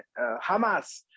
Hamas